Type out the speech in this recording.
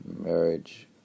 marriage